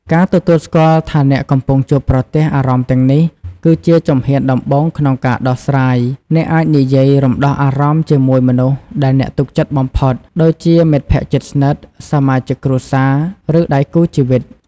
ការទទួលស្គាល់ថាអ្នកកំពុងជួបប្រទះអារម្មណ៍ទាំងនេះ គឺជាជំហានដំបូងក្នុងការដោះស្រាយ អ្នកអាចនិយាយរំដោះអារម្មណ៍ជាមួយមនុស្សដែលអ្នកទុកចិត្តបំផុត ដូចជាមិត្តភក្តិជិតស្និទ្ធ សមាជិកគ្រួសារ ឬដៃគូជីវិត។